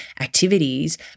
activities